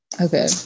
Okay